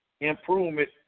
improvement